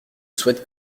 souhaite